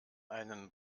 einen